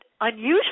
unusual